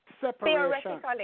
separation